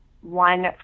one